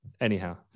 Anyhow